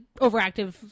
overactive